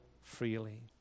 freely